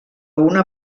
una